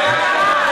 זאת המטרה.